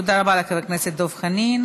תודה רבה, חבר הכנסת דב חנין.